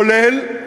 כולל,